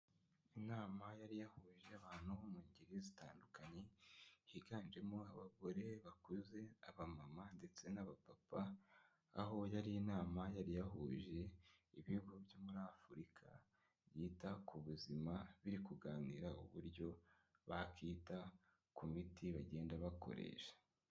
Inama yari yahuje abantu mu ngeri zitandukanye, higanjemo abagore bakuze aba mama ndetse n'abapapa. Aho yari inama yari yahuje ibihugu byo muri afurika yita ku buzima, biri kuganira uburyo bakita ku miti bagenda bakoresha.